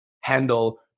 handle